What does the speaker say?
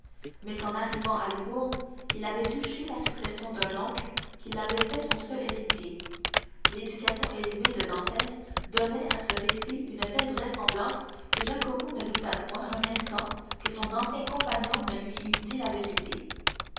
mais qu'en arrivant à livourne il avait touché la succession d'un oncle qui l'avait fait son seul héritier l'éducation élevée de dantès donnait à ce récit une telle vraisemblance que jacopo ne douta point un instant que son ancien compagnon ne lui eût dit la vérité